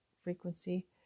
frequency